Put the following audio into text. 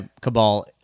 cabal